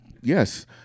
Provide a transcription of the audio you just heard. yes